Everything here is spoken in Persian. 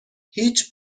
هیچ